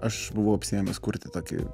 aš buvau apsiėmęs kurti tokį